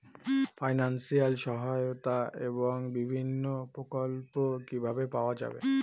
Financial সহায়তা এবং বিভিন্ন প্রকল্প কিভাবে পাওয়া যাবে?